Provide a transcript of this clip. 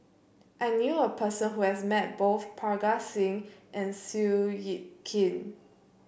I knew a person who has met both Parga Singh and Seow Yit Kin